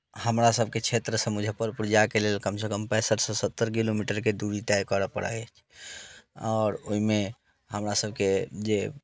हमरासभके क्षेत्रसँ मुजफ्फरपुर जायके लेल कमसँ कम पैंसठिसँ सत्तरि किलोमीटरके दूरी तय करय पड़य आओर ओहिमे हमरासभके जे